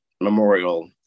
memorial